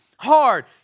Hard